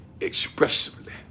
expressively